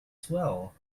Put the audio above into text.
swell